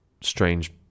strange